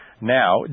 Now